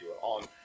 on